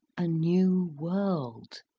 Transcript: a new world!